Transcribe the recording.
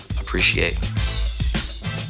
appreciate